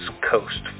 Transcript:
coast